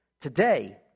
Today